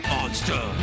Monster